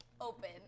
open